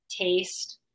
taste